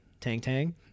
tang-tang